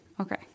okay